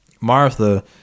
Martha